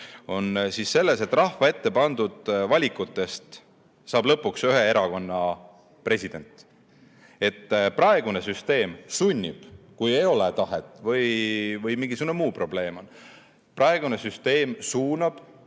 on selles, et rahva ette pandud valikutest saab lõpuks ühe erakonna president. Praegune süsteem suunab, kui ei ole tahet või on mingisugune muu probleem, erakondi, kes